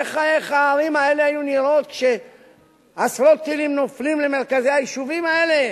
איך הערים האלה היו נראות כשעשרות טילים נופלים על מרכזי היישובים האלה?